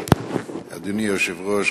אדוני היושב-ראש,